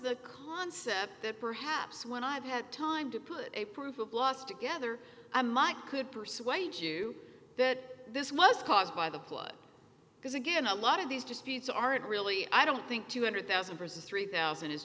the concept that perhaps when i've had time to put a proof of loss together i might could persuade you that this was caused by the flood because again a lot of these disputes aren't really i don't think two hundred thousand prisoners three thousand is